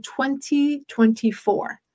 2024